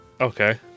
Okay